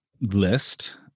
list